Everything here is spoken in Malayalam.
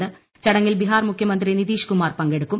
പ്രടങ്ങിൽ ബിഹാർ മുഖ്യമന്ത്രി നിതീഷ് കുമാർ പങ്കെടുക്കും